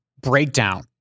breakdown